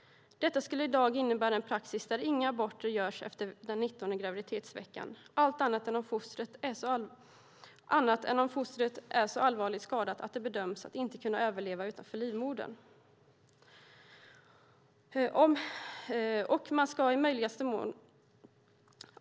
Detta skulle i dag innebära en praxis där inga aborter görs efter den 19:e graviditetsveckan annat än om fostret är så allvarligt skadat att det bedöms inte kunna överleva utanför livmodern.